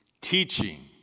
teaching